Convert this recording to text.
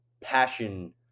passion